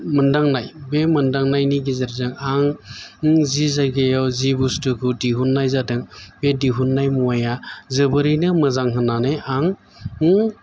मोनदांनाय बे मोनदांनायनि गेजेरजों आं जि जायगायाव जि बस्थुखौ दिहुननाय जादों बे दिहुननाय मुवाया जोबोरैनो मोजां होननानै आं मुं